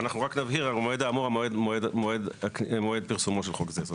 נבהיר המועד האמור מועד פרסומו של חוק זה.